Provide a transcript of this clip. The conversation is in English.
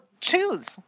choose